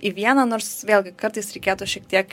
į vieną nors vėlgi kartais reikėtų šiek tiek